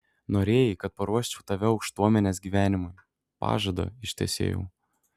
norėjai kad paruoščiau tave aukštuomenės gyvenimui pažadą ištesėjau